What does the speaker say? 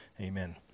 Amen